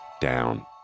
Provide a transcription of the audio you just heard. down